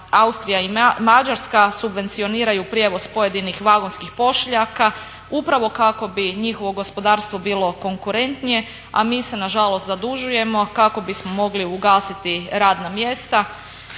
Austrija i Mađarska subvencioniraju prijevoz pojedinih vagonskih pošiljaka upravo kako bi njihovo gospodarstvo bilo konkurentnije, a mi se nažalost zadužujemo kako bismo mogli ugasiti radna mjesta,